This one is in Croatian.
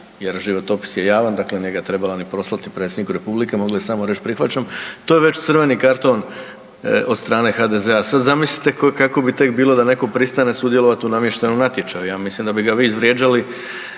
Jer životopis je javan, dakle nije ga ni trebala poslati Predsjedniku Republike. Mogla je samo reći prihvaćam to je već crveni karton od strane HDZ-a. Sad zamislite kako bi tek bilo da netko pristane sudjelovati u namještenom natječaju. Ja mislim da bi ga vi izvrijeđali